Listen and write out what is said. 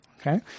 Okay